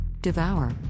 devour